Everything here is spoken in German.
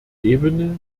ebene